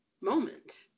moment